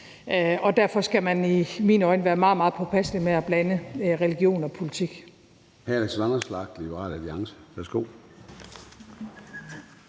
Derfor skal man i mine øjne være meget, meget påpasselig med at blande religion og politik.